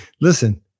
Listen